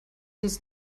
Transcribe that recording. uns